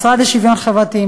המשרד לשוויון חברתי,